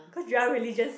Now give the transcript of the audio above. cause Joel really just